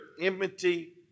enmity